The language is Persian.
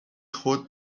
خود